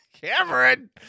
Cameron